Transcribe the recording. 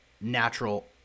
natural